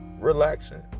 relaxing